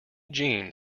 jeanne